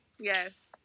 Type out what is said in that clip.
Yes